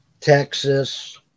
Texas